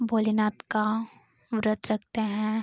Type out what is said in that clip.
भोलेनाथ का व्रत रखते हैं